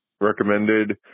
recommended